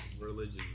religion